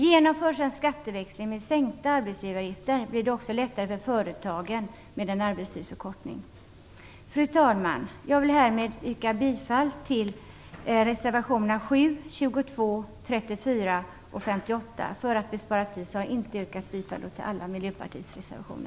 Genomförs en skatteväxling med sänkta arbetsgivaravgifter blir det också lättare för företagen med en arbetstidsförkortning. Fru talman! Jag vill härmed yrka bifall till reservationerna 7, 22, 34, och 58. För att spara tid har jag då inte yrkat bifall till alla Miljöpartiets reservationer.